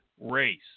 race